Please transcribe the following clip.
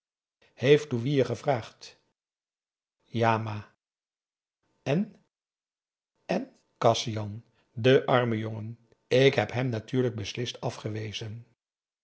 je gevraagd ja ma en en kasian de arme jongen ik heb hem natuurlijk beslist afgewezen